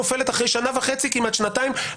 הממשלה נופלת אחרי שנה וחצי, כמעט שנתיים.